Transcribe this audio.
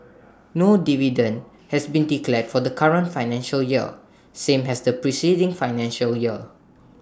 no dividend has been declared for the current financial year same has the preceding financial year